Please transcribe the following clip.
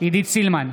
עידית סילמן,